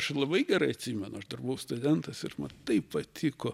aš labai gerai atsimenu aš dar buvau studentas ir ma taip patiko